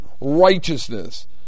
righteousness